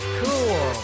cool